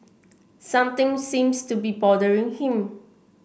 something seems to be bothering him